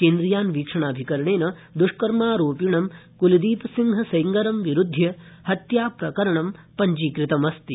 केन्द्रीयान्वीक्षणाभिकरणेन द्ष्कर्मारोपिणं क्लदीपसिंहसेड्गरं विरुध्य हत्याप्रकरणं पञ्जीकृतमस्ति